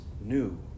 new